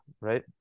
right